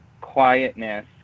quietness